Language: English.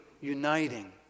uniting